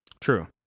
True